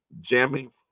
jamming